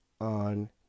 on